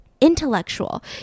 intellectual